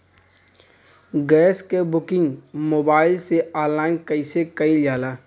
Gas क booking mobile से online कईसे कईल जाला?